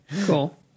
Cool